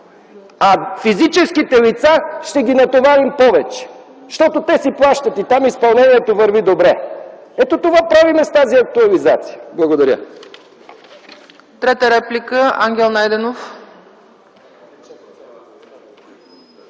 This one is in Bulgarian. А физическите лица ще ги натоварим повече, защото те си плащат и там изпълнението върви добре. Ето това правим с тази актуализация. Благодаря.